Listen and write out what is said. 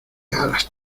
alas